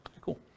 Cool